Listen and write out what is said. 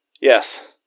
Yes